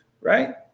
Right